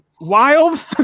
wild